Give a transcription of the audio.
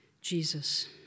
Jesus